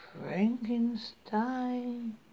Frankenstein